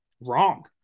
wrong